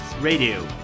Radio